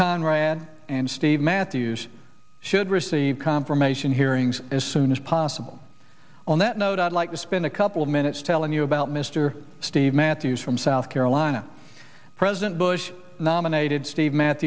matthews should receive confirmation hearings as soon as possible on that note i'd like to spend a couple of minutes telling you about mr steve matthews from south carolina president bush nominated steve mat